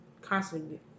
constantly